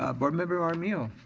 ah board member armijo.